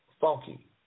funky